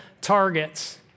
targets